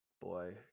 boy